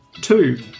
Two